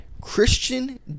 Christian